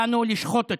באנו לשחוט אתכם.